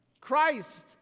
christ